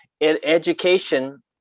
education